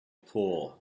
pool